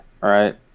right